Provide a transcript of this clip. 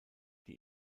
die